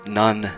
none